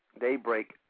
daybreak